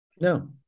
No